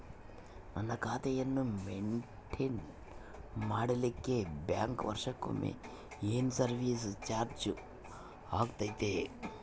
ನನ್ನ ಖಾತೆಯನ್ನು ಮೆಂಟೇನ್ ಮಾಡಿಲಿಕ್ಕೆ ಬ್ಯಾಂಕ್ ವರ್ಷಕೊಮ್ಮೆ ಏನು ಸರ್ವೇಸ್ ಚಾರ್ಜು ಹಾಕತೈತಿ?